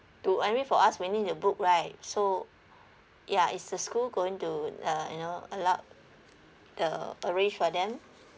to I mean for us we need to book right so yeah is the school going to uh you know allowed the arrange for them